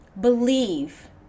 believe